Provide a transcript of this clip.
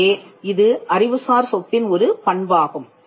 எனவே இது அறிவுசார் சொத்தின் ஒரு பண்பாகும்